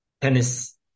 tennis